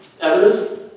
others